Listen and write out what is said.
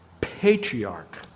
patriarch